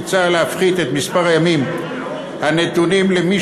מוצע להפחית את מספר הימים הנתונים למי